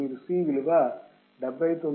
అప్పుడు మీరు C విలువ 79